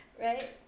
right